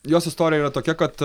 jos istorija yra tokia kad